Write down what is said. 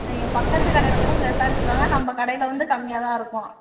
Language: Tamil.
நீங்கள் பக்கத்தில் கடையில கூட போய் விசாரிச்சிட்டு வாங்க நம்ம கடையில வந்து கம்மியாக தான் இருக்கும்